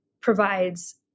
provides